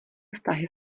vztahy